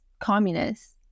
communists